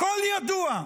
הכול ידוע,